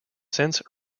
since